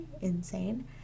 Insane